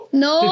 no